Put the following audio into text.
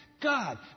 God